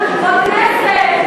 בכנסת.